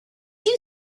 you